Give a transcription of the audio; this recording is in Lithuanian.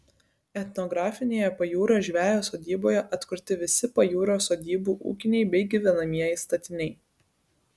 etnografinėje pajūrio žvejo sodyboje atkurti visi pajūrio sodybų ūkiniai bei gyvenamieji statiniai